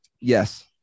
Yes